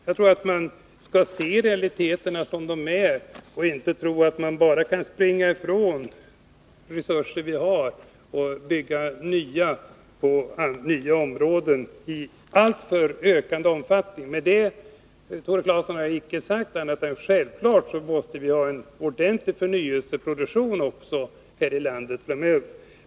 Jag tycker att man skall se realiteterna sådana de är och inte tro att man kan springa ifrån de resurser vi har och i ökande omfattning bygga nytt. Med detta har jag, Tore Claeson, inte sagt att vi inte måste ha en ordentlig förnyelseproduktion framöver.